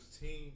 team